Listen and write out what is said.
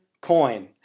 COIN